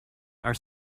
are